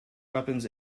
weapons